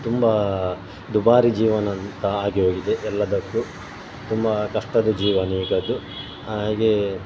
ತುಂಬ ದುಬಾರಿ ಜೀವನ ಅಂತ ಆಗಿ ಹೋಗಿದೆ ಎಲ್ಲದಕ್ಕು ತುಂಬ ಕಷ್ಟದ ಜೀವನ ಈಗಿಂದು ಹಾಗೆ